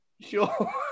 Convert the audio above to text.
sure